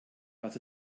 was